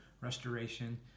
restoration